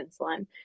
insulin